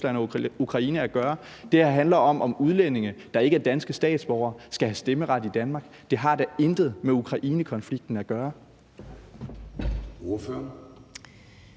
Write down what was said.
udlændinge, der ikke er danske statsborgere, skal have stemmeret i Danmark, og det har da intet med Ukrainekonflikten at gøre.